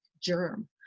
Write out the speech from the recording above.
germ